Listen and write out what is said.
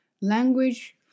language